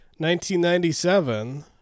1997